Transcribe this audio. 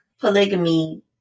polygamy